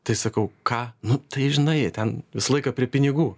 tai sakau ką nu tai žinai jie ten visą laiką prie pinigų